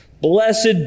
Blessed